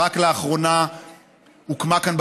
רק לאחרונה הוקמה כאן,